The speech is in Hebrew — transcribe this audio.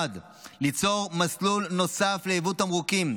1. ליצור מסלול נוסף ליבוא תמרוקים,